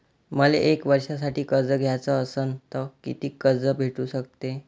मले एक वर्षासाठी कर्ज घ्याचं असनं त कितीक कर्ज भेटू शकते?